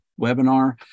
webinar